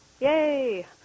Yay